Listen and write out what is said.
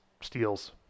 steals